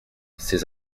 ces